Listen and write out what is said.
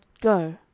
Go